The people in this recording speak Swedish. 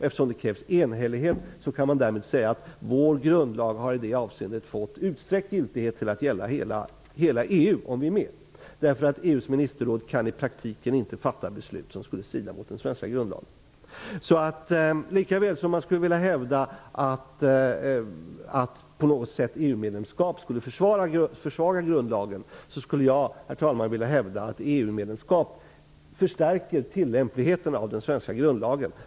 Eftersom det där krävs enhällighet kan man därmed säga att vår grundlag har i det avseendet fått utsträckt gilighet, till att gälla hela EU, om vi är med. EU:s ministerråd kan i praktiken inte fatta beslut som skulle strida mot den svenska grundlagen. I stället för att hävda att EU-medlemskap skulle försvaga grundlagen, så skulle jag, herr talman, vilja hävda att EU-medlemskap förstärker tillämpligheten av den svenska grundlagen.